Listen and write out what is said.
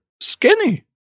skinny